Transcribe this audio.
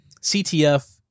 CTF